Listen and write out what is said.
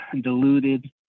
diluted